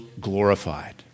glorified